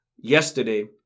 yesterday